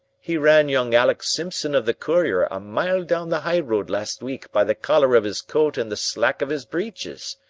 he ran young alec simpson of the courier a mile down the high road last week by the collar of his coat and the slack of his breeches.